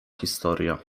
historia